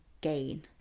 gain